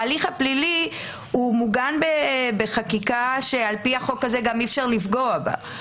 ההליך הפלילי מוגן בחקיקה שעל פי החוק הזה גם אי-אפשר לפגוע בו.